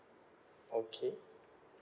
okay